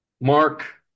mark